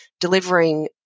delivering